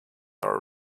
are